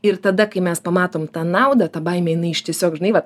ir tada kai mes pamatom tą naudą ta baimė jinai iš tiesiog žinai vat